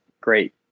great